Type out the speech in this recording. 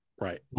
right